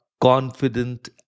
confident